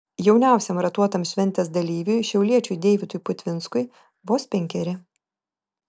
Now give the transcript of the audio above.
jauniausiam ratuotam šventės dalyviui šiauliečiui deividui putvinskui vos penkeri